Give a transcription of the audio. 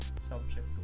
subject